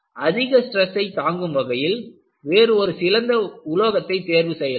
அதிக ஸ்ட்ரெஸ்ஸை தாங்கும் வகையில் வேறு ஒரு சிறந்த உலோகத்தை தேர்வு செய்யலாம்